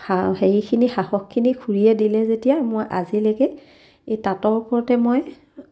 হেৰিখিনি সাহসখিনি খুৰীয়ে দিলে যেতিয়া মই আজিলৈকে এই তাঁতৰ ওপৰতে মই